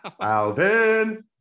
Alvin